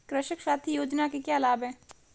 कृषक साथी योजना के क्या लाभ हैं?